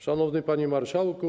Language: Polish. Szanowny Panie Marszałku!